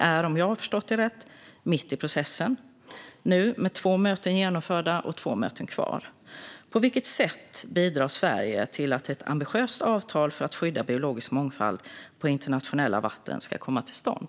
Om jag har förstått rätt är vi mitt i processen, med två möten genomförda och två möten kvar. På vilket sätt bidrar Sverige till att ett ambitiöst avtal för att skydda biologisk mångfald på internationella vatten ska komma till stånd?